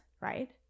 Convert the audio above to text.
right